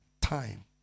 time